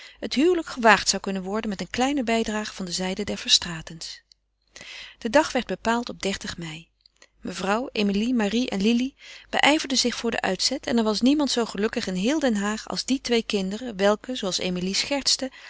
verstraeten het huwelijk gewaagd zou kunnen worden met een kleine bijdrage van de zijde der verstraetens de dag werd bepaald op mei mevrouw emilie en lili beijverden zich voor het uitzet en er was niemand zoo gelukkig in heel den haag als die twee kinderen welke zooals emilie schertste